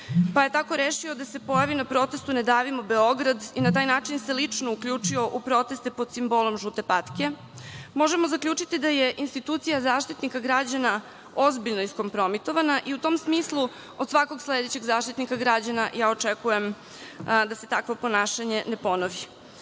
pa je tako rešio da se pojavi na protestu „Ne davimo Beograd“ i na taj način se lično uključio u proteste pod simbolom „Žute patke“, možemo zaključiti da je institucija Zaštitnika građana ozbiljno iskompromitovana i u tom smislu, od svakog sledećeg Zaštitnika građana očekujem da se takvo ponašanje ne